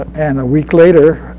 and a week later,